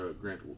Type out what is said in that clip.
grant